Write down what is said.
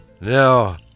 No